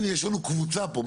הנה יש לנו קבוצה פה.